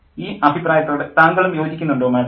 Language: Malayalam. ഈ അഭിപ്രായത്തോട് താങ്കളും യോജിക്കുന്നുണ്ടോ മാഡം